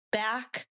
back